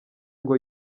ngo